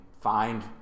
find